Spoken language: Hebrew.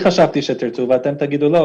חשבתי שתרצו אבל אתם יכולים להגיד: לא,